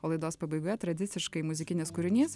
o laidos pabaigoje tradiciškai muzikinis kūrinys